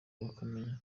bakamenya